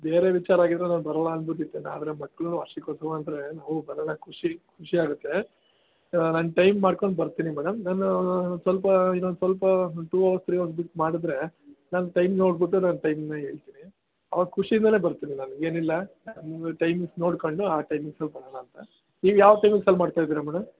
ಬೇರೆ ವಿಚಾರ ಆಗಿದ್ದರೆ ನಾನು ಬರೋಲ್ಲ ಅನ್ಬೊದಿತ್ತೇನೋ ಅದರೆ ಮಕ್ಕಳ ವಾರ್ಷಿಕೋತ್ಸವ ಅಂದರೆ ನಾವು ಬರೋಣ ಖುಷಿ ಖುಷಿ ಆಗುತ್ತೆ ನಾನು ಟೈಮ್ ಮಾಡ್ಕೊಂಡು ಬರುತೀನಿ ಮೇಡಮ್ ನಾನು ಸ್ವಲ್ಪ ಇನ್ನೊಂದು ಸ್ವಲ್ಪ ಟು ಅವರ್ಸ್ ತ್ರೀ ಅವರ್ಸ್ ಬಿಟ್ಟು ಮಾಡಿದ್ರೆ ನಾನು ಟೈಮ್ ನೋಡ್ಬಿಟ್ಟು ನನ್ನ ಟೈಮನ್ನು ಹೇಳ್ತೀನಿ ಅವಾಗ ಖುಷಿಯಲ್ಲೇ ಬರ್ತೀನಿ ನನಗೇನಿಲ್ಲ ನಂದು ಟೈಮಿಂಗ್ಸ್ ನೋಡಿಕೊಂಡು ಆ ಟೈಮಿಂಗ್ಸಲ್ಲಿ ಬರೋಣ ಅಂತ ನೀವು ಯಾವ ಟೈಮಿಂಗ್ಸಲ್ಲಿ ಮಾಡ್ತಾಯಿದೀರ ಮೇಡಮ್